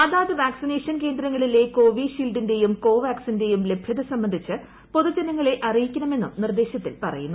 അതാത് വാക്സിനേഷൻ കേന്ദ്രങ്ങളിലെ കോവിഷീൽഡിന്റേയും കോവാക്സിന്റേയും ലഭ്യത സംബന്ധിച്ച് പൊതുജനങ്ങളെ അറിയിക്കണമെന്നും നിർദ്ദേശത്തിൽ പറയുന്നു